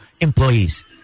employees